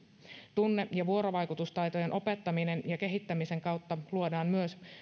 tunne ja vuorovaikutustaitojen opettamisen ja kehittämisen kautta luodaan myös